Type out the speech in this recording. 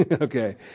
Okay